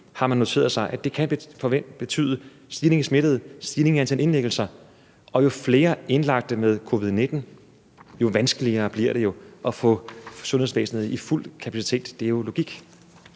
har man noteret sig, at det kan betyde en stigning i antal smittede og en stigning i antal indlæggelser, og jo flere indlagte med covid-19, jo vanskeligere bliver det jo at få sundhedsvæsenet i fuld kapacitet. Det er logik.